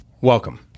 Welcome